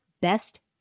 Best